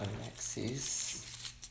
Alexis